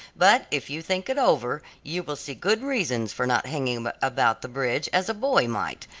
but if you think it over, you will see good reasons for not hanging about the bridge, as a boy might,